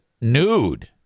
nude